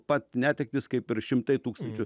pat netektys kaip ir šimtai tūkstančių